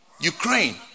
Ukraine